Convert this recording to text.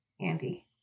Andy